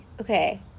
okay